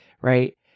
right